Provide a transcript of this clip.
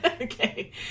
Okay